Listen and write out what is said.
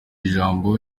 ijambo